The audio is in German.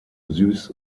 süß